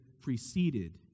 preceded